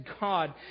God